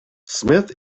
smith